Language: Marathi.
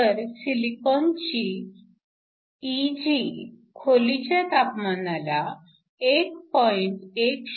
तर सिलिकॉनची Eg खोलीच्या तापमानाला 1